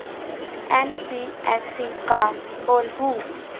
NBFC का होलहु?